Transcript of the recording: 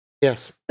Yes